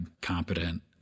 competent